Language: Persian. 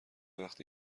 وقتی